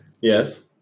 Yes